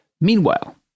Meanwhile